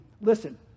Listen